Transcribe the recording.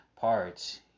parts